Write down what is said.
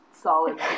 solid